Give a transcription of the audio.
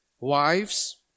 Wives